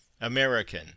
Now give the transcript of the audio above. American